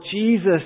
Jesus